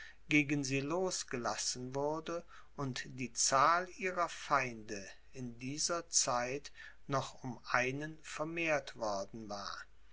gegen sie losgelassen wurde und die zahl ihrer feinde in dieser zeit noch um einen vermehrt worden war